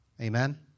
Amen